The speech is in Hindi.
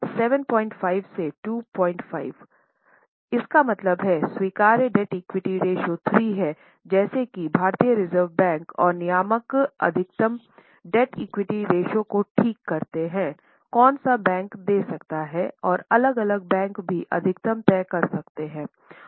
75 से 25 इसका मतलब है स्वीकार्य डेब्ट इक्विटी रेश्यो 3 है जैसे कि भारतीय रिजर्व बैंक और नियामक अधिकतम डेब्ट इक्विटी रेश्यो को ठीक करते हैं कौन सा बैंक दे सकता है और अलग अलग बैंक भी अधिकतम तय कर सकते हैं